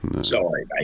Sorry